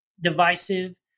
divisive